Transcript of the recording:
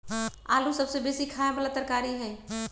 आलू सबसे बेशी ख़ाय बला तरकारी हइ